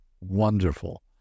wonderful